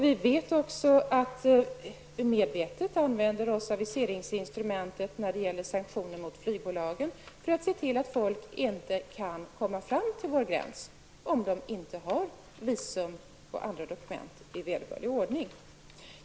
Vi vet också att man i Sverige medvetet använder sig av viseringsinstrumentet när det gäller sanktioner mot flygbolagen för att se till att folk inte kan komma fram till vår gräns om de inte har visum och andra dokument i vederbörlig ordning.